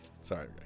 Sorry